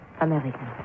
American